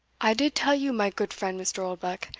i did tell you, my goot friend, mr. oldenbuck,